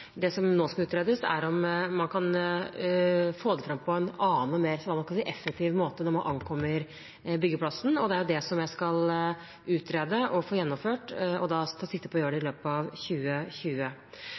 Det som nå skal utredes, er om man kan få det fram på en annen og mer effektiv måte når man ankommer byggeplassen. Det er det jeg skal utrede og få gjennomført. Jeg tar sikte på å gjøre det